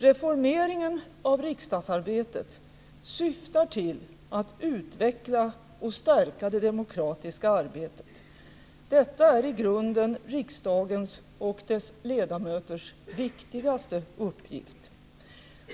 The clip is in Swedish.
Reformeringen av riksdagsarbetet syftar till att utveckla och stärka det demokratiska arbetet. Detta är i grunden riksdagens och dess ledamöters viktigaste uppgift.